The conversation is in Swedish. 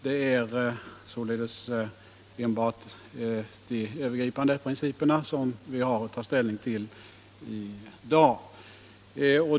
Det är således enbart de övergripande principerna som vi i dag har att ta ställning till.